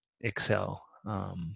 excel